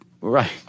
Right